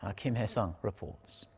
ah kim hyesung reports.